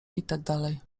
itd